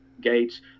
gates